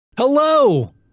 Hello